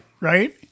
Right